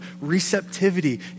receptivity